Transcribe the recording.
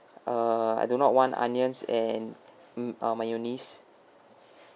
uh I do not want onions and m~ uh mayonnaise